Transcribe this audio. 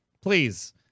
Please